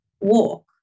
walk